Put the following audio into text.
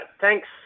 Thanks